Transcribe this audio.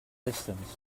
distance